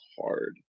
hard